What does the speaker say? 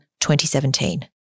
2017